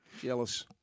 Jealous